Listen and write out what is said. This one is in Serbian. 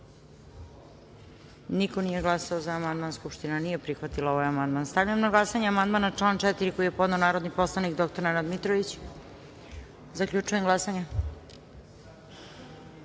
niko nije glasao za amandman. Skupština nije prihvatila ovaj amandman. Stavljam na glasanje amandman na član 4. koji je podneo narodni poslanik dr Nenad Mitrović. Zaključujem glasanje: